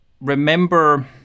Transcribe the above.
remember